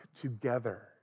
together